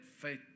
faith